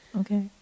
Okay